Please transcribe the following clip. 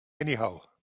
anyhow